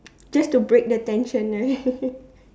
just to break the tension right